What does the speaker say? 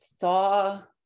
Thaw